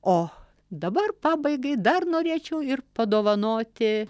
o dabar pabaigai dar norėčiau ir padovanoti